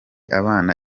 abana